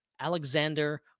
Alexander